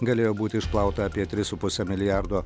galėjo būti išplauta apie tris su puse milijardo